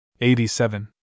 Eighty-seven